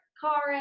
car